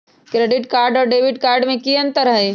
Credit card और debit card में की अंतर हई?